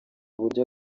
uburyo